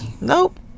Nope